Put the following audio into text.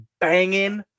banging